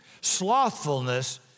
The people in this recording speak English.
Slothfulness